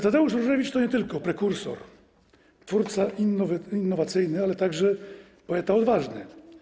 Tadeusz Różewicz to nie tylko prekursor, twórca innowacyjny, ale także poeta odważny.